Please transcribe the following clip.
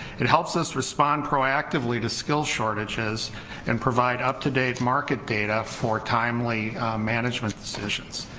it helps us respond proactively to skill shortages and provide up-to-date market data for timely management decisions,